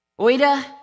oida